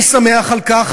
אני שמח על כך,